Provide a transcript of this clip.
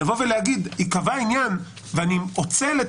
לבוא ולהגיד ייקבע עניין ואני אוצל את